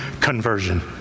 conversion